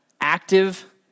active